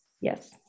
Yes